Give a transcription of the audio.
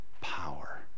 power